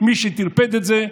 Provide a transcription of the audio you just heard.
מי שטרפד את זה,